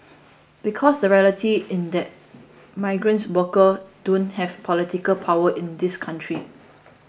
because the reality and that migrant workers don't have political power in this country